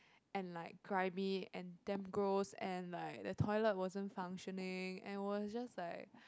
and like grimey and damn gross and like the toilet wasn't functioning and was just like